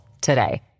today